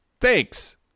Thanks